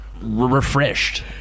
Refreshed